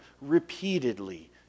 repeatedly